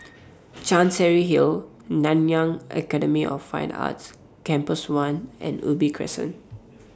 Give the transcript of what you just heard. Chancery Hill Road Nanyang Academy of Fine Arts Campus one and Ubi Crescent